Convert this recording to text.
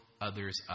others